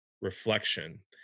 reflection